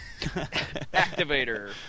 Activator